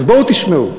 אז בואו תשמעו.